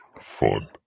fun